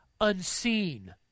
Unseen